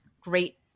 great